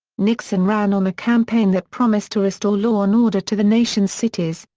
nixon ran on a campaign that promised to restore law and order to the nation's cities,